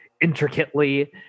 intricately